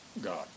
God